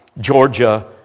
Georgia